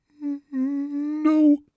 No